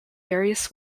various